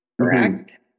Correct